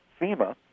FEMA